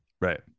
Right